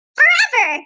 forever